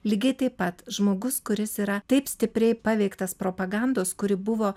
lygiai taip pat žmogus kuris yra taip stipriai paveiktas propagandos kuri buvo